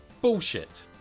bullshit